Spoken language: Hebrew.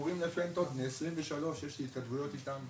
למכורים לפנטות, בני 23, יש לי התכתבויות איתם,